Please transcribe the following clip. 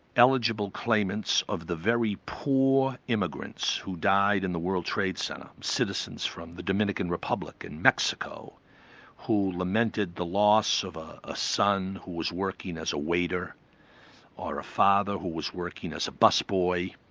eligible claimants of the very poor immigrants who died in the world trade center, citizens from the dominican republic and mexico who lamented the loss of a a son who was working as a waiter or a father who was working as a bus boy,